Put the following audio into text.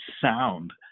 sound